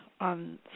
on